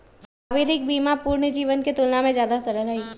आवधिक बीमा पूर्ण जीवन के तुलना में ज्यादा सरल हई